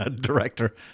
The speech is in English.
director